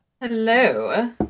Hello